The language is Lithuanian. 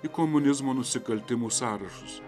į komunizmo nusikaltimų sąrašus